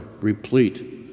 replete